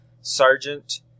Sergeant